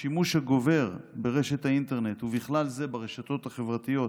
השימוש הגובר באינטרנט ובכלל זה ברשתות החברתיות,